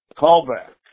callback